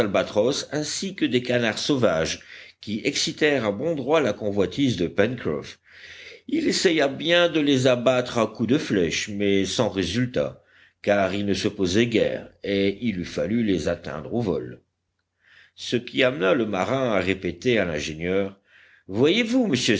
ainsi que des canards sauvages qui excitèrent à bon droit la convoitise de pencroff il essaya bien de les abattre à coups de flèche mais sans résultat car ils ne se posaient guère et il eût fallu les atteindre au vol ce qui amena le marin à répéter à l'ingénieur voyez-vous monsieur